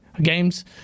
games